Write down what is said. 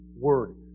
Word